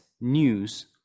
news